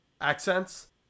accents